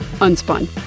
Unspun